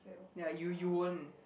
ya you you won't